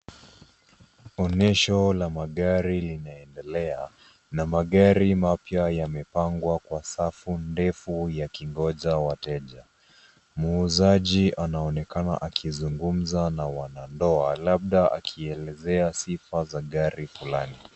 Onyesho la magari linaendelea na magari mapya yamepangwa kwa safu ndefu yakingoja wateja , muuzaji anaonekana akizungumza na wanandoa labda akielezea sifa za gari fulani.